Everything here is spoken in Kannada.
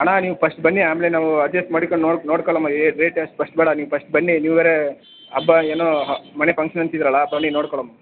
ಅಣ್ಣ ನೀವು ಪಸ್ಟ್ ಬನ್ನಿ ಆಮೇಲೆ ನಾವು ಅಜ್ಜೆಸ್ಟ್ ಮಾಡಿಕೊಂಡ್ ನೋಡಿ ನೋಡ್ಕೊಳಣ ಈ ರೇಟ್ ಅಷ್ಟು ಪಸ್ಟ್ ಬೇಡ ನೀವು ಪಸ್ಟ್ ಬನ್ನಿ ನೀವು ಬೇರೆ ಹಬ್ಬ ಏನೋ ಮನೆ ಪಂಕ್ಷನ್ ಅಂತಿದ್ದೀರಲ ಬನ್ನಿ ನೋಡ್ಕೊಳೋಣ